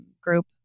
group